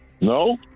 No